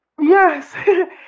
yes